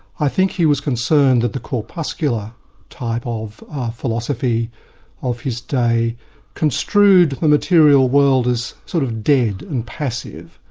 i think he was concerned that the corpuscular type of philosophy of his day construed the material world as sort of dead, impassive,